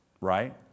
right